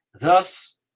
Thus